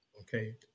Okay